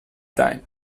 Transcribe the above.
time